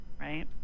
right